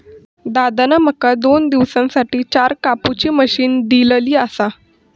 दादान माका दोन दिवसांसाठी चार कापुची मशीन दिलली आसा